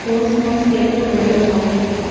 cosmos केतिरो वॾो आहे